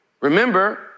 Remember